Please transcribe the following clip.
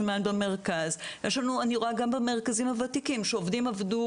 אני רואה גם במרכזים הוותיקים שעובדים עבדו